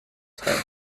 teil